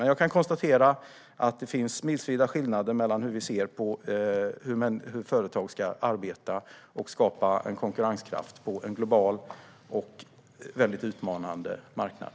Men jag kan konstatera att det finns milsvida skillnader mellan hur vi och ni ser på att företag ska arbeta och skapa en konkurrenskraft på en global och väldigt utmanande marknad.